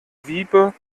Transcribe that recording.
wiebe